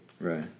Right